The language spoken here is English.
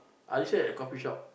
I listen at coffeeshop